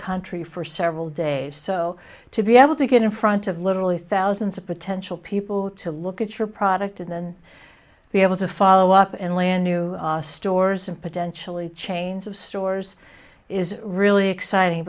country for for several days so to be able to get in front of literally thousands of potential people to look at your product and then be able to follow up and land new stores and potentially chains of stores is really exciting